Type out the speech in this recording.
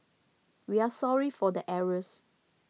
we are sorry for the errors